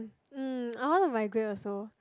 mm I wanna migrate also